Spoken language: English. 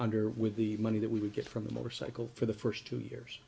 nder with the money that we would get from the motorcycle for the first two years